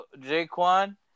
Jaquan